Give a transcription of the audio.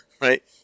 right